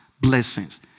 blessings